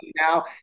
now